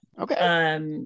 Okay